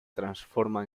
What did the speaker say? transforma